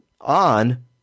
on